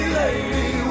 lady